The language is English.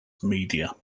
media